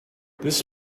this